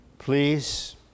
Please